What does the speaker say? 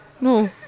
no